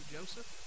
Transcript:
Joseph